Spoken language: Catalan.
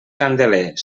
candeler